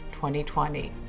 2020